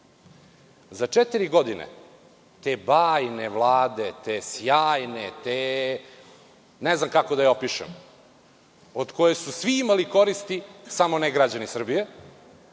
Za četiri godine te bajne vlade, te sjajne, ne znam kako da je opišem, od koje su svi imali koristi samo ne građani Srbije,